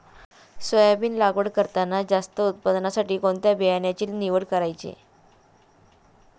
Soybean लागवड करताना जास्त उत्पादनासाठी कोणत्या बियाण्याची निवड करायची?